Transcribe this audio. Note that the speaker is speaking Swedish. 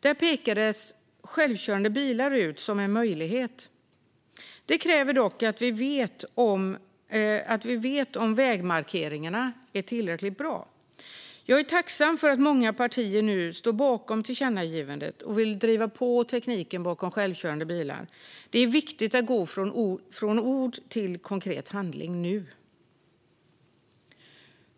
Där pekades självkörande bilar ut som en möjlighet. Det kräver dock att vi vet om vägmarkeringarna är tillräckligt bra. Jag är tacksam för att många partier nu står bakom tillkännagivandet och vill driva på tekniken för självkörande bilar. Det är viktigt att gå från ord till konkret handling nu.